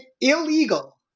illegal